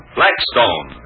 Blackstone